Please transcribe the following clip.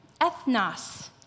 Ethnos